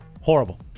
Horrible